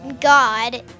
God